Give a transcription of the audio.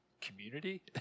community